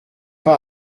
pas